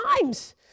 times